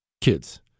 Kids